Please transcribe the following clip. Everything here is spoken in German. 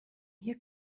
hier